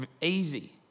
easy